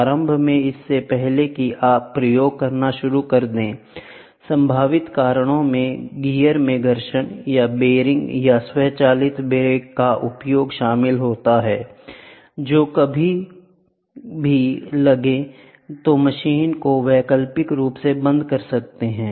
प्रारंभ में इससे पहले कि आप प्रयोग करना शुरू कर दें संभावित कारण में गियर में घर्षण या बेरिंग या स्वचालित ब्रेक का उपयोग शामिल है जो जब कभी भी लगे तो मशीन को वैकल्पिक रूप से बंद कर देते है